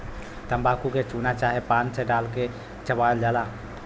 तम्बाकू के चूना चाहे पान मे डाल के चबायल जाला